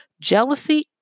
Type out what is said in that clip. Jealousy